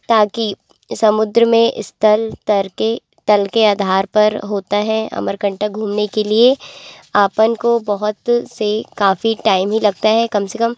ताकि समुद्र में स्थल तल के अधार पर होता है अमरकंटक घूमने के लिए आपन को बहुत से काफ़ी टैम ही लगता है कम से कम